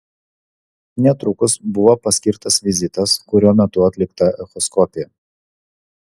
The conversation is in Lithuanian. netrukus buvo paskirtas vizitas kurio metu atlikta echoskopija